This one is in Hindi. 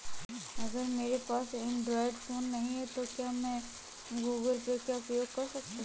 अगर मेरे पास एंड्रॉइड फोन नहीं है तो क्या मैं गूगल पे का उपयोग कर सकता हूं?